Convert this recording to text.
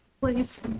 please